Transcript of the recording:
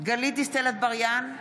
גלית דיסטל אטבריאן,